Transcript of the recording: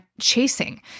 chasing